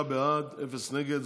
תשעה בעד, אפס נגד.